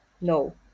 No